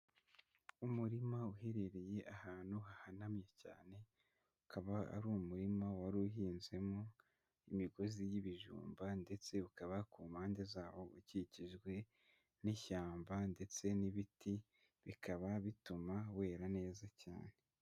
Umurima uherereye ahantu hahanamye cyane, akaba ari umurima wari uhinzemo imigozi y'ibijumba ndetse ukaba ku mpande zawo ukikijwe n'ishyamba ndetse n'ibiti, bikaba bituma wera neza cyane.